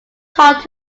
talked